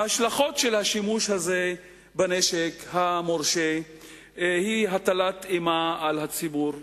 ההשלכות של השימוש הזה בנשק המורשה הן הטלת אימה על הציבור,